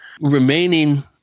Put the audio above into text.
remaining